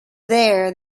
there